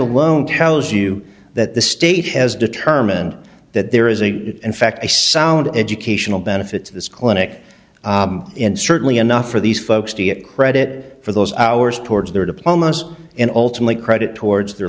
alone tells you that the state has determined that there is a in fact i sound educational benefits of this clinic and certainly enough for these folks to get credit for those hours towards their diplomas and ultimately credit towards their